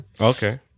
Okay